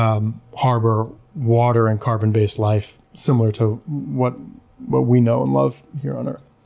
um harbor water and carbon-based life similar to what what we know and love here on earth.